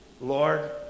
Lord